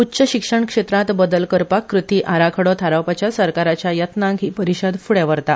उच्च शिक्षम क्षेत्रात बदल करपाक क़ती आराखडो थारावपाच्या सरकाराच्या यत्नांक ही परीशद फ्डे व्हरता